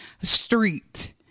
street